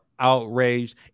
outraged